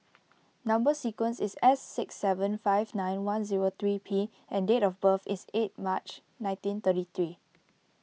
Number Sequence is S six seven five nine one zero three P and date of birth is eight March nineteen thirty three